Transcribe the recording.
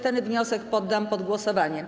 Ten wniosek poddam pod głosowanie.